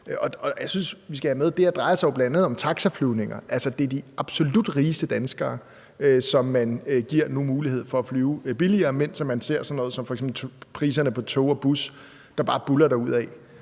drejer sig om taxaflyvninger. Altså, det er de absolut rigeste danskere, som man nu giver mulighed for at flyve billigere, mens man ser sådan noget som f.eks. priserne på tog og bus bare buldre derudad.